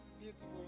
Beautiful